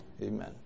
Amen